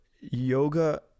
yoga